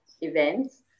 events